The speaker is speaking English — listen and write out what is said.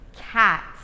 Cat